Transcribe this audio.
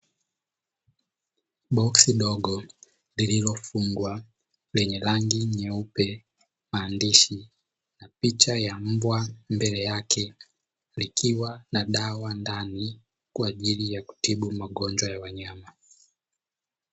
Boksi dogo lililofungwa lenye rangi nyeupe, maandishi na picha ya mbwa mbele yake, likiwa na dawa ndani kwa ajili ya kutibu magonjwa ya wanyama.